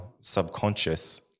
subconscious